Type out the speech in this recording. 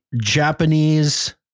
Japanese